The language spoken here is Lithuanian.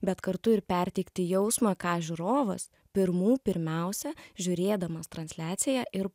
bet kartu ir perteikti jausmą ką žiūrovas pirmų pirmiausia žiūrėdamas transliaciją ir